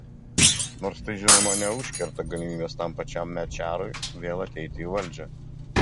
nors tai žinoma neužkerta galimybės tam pačiam mečiarui vėl ateiti į valdžią